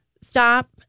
stop